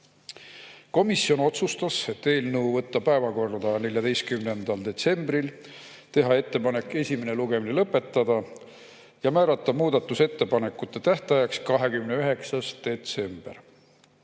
Komisjon otsustas eelnõu võtta päevakorda 14. detsembril, teha ettepanek esimene lugemine lõpetada, määrata muudatusettepanekute tähtajaks 29. detsember